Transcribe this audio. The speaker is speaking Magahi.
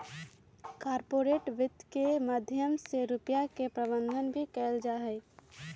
कार्पोरेट वित्त के माध्यम से रुपिया के प्रबन्धन भी कइल जाहई